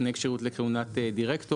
תנאי כשירות לכהונת דירקטור,